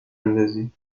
اندازی